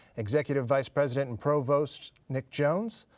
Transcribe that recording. executive vice president and provost nick jones,